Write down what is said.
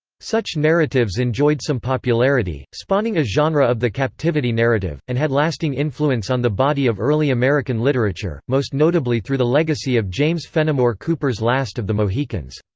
such narratives enjoyed some popularity, spawning a genre of the captivity narrative, and had lasting influence on the body of early american literature, most notably through the legacy of james fenimore cooper's last of the mohicans.